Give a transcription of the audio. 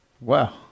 Wow